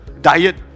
diet